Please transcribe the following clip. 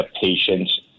patients